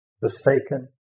forsaken